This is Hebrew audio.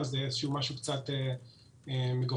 זה משהו קצת מגוחך.